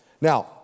Now